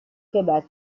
québec